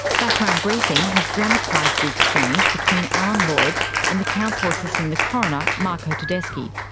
background briefing has dramatised the exchange between alan lloyd and the counsel assisting the coroner, marco tedeschi.